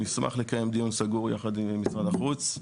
נשמח לקיים דיון סגור יחד עם משרד החוץ.